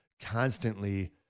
constantly